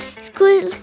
School